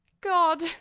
God